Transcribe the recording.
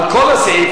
על כל הסעיף,